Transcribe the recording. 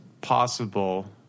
possible